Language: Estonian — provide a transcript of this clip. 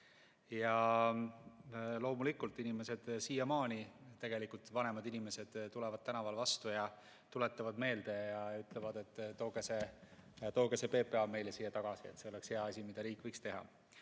Loomulikult, inimesed siiamaani, vanemad inimesed, tulevad tänaval vastu, tuletavad meelde ja ütlevad, et tooge see PPA meile siia tagasi, et see oleks hea asi, mida riik võiks teha.